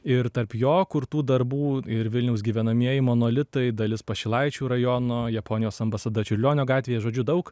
ir tarp jo kurtų darbų ir vilniaus gyvenamieji monolitai dalis pašilaičių rajono japonijos ambasada čiurlionio gatvėje žodžiu daug